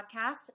podcast